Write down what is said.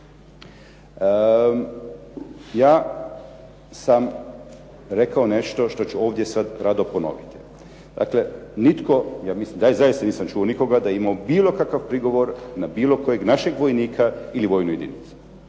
Ja sam rekao nešto što ću ovdje sad rado ponoviti. Dakle, nitko, ja zaista nisam čuo nikoga da je imao bilo kakav prigovor na bilo kojeg našeg vojnika ili vojnu jedinicu,